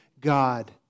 God